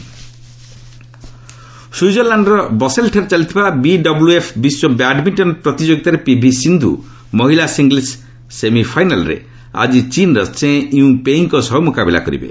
badminton ସୁଇଜରଲ୍ୟାଣ୍ଡର ବସେଲ୍ଠାରେ ଚାଲିଥିବା ବିଡବ୍ଲୁଏଫ୍ ବିଶ୍ୱ ବ୍ୟାଡମିଷ୍ଟନ ପ୍ରତିଯୋଗିତାରେ ପିଭି ସିନ୍ଧୁ ମହିଳା ସିଙ୍ଗିଲ୍ସ ସେମିଫାଇନାଲ୍ରେ ଆକ୍ଟି ଚୀନ୍ର ଚେଁ ୟୁ ଫେଇଁଙ୍କ ସହ ମୁକାବିଲା କରିବେ